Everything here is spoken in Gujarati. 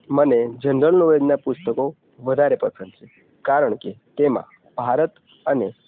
મને જનરલ નોલેજનાં પુસ્તકો વધારે પસંદ છે કારણ કે તેમાં ભારત અને